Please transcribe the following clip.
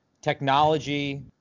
technology